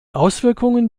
auswirkungen